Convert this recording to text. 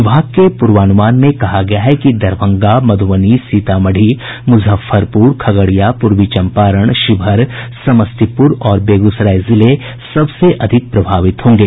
विभाग के पूर्वानुमान में कहा गया है कि दरभंगा मधुबनी सीतामढ़ी मुजफ्फरपुर खगड़िया पूर्वी चम्पारण शिवहर समस्तीपुर और बेगूसराय जिले सबसे अधिक प्रभावित होंगे